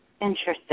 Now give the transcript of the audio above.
interesting